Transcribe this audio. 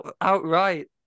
outright